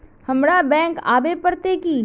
हमरा बैंक आवे पड़ते की?